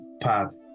path